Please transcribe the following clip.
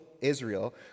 Israel